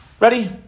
Ready